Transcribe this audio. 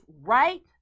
right